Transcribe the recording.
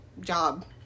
job